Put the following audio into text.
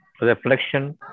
reflection